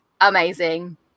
amazing